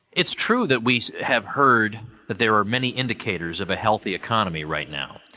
it's true that we have heard that there are many indicators of a healthy economy right now.